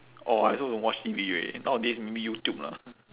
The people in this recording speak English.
orh I also don't watch T_V already nowadays maybe youtube lah